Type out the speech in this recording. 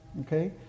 okay